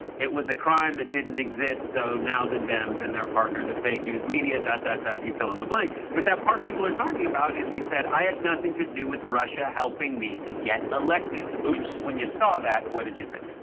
it was a crime that didn't exist. so now the dems and their partner the fake news media dot dot that you fill in the blank. at that part people are talking about as he said, i had nothing to do with russia helping me to get elected. oops. when you saw that what did you think?